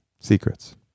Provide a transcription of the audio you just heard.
Secrets